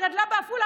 שגדלה בעפולה,